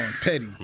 Petty